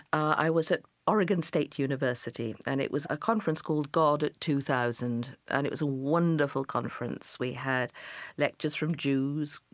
i was at oregon state university and it was a conference called god two thousand and it was a wonderful conference. we had lectures from jews,